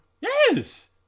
Yes